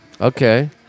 Okay